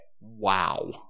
wow